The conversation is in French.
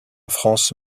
france